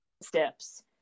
steps